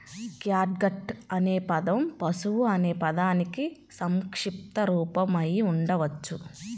catgut అనే పదం పశువు అనే పదానికి సంక్షిప్త రూపం అయి ఉండవచ్చు